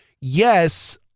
yes